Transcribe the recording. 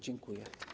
Dziękuję.